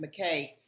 McKay